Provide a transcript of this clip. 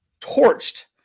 torched